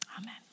Amen